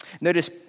Notice